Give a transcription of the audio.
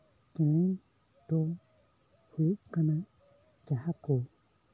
challenge ᱫᱚ ᱦᱩᱭᱩᱜ ᱠᱟᱱᱟ ᱡᱟᱦᱟᱸ ᱠᱚ